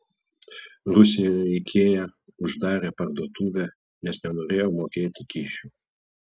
rusijoje ikea uždarė parduotuvę nes nenorėjo mokėti kyšių